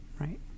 Right